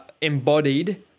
embodied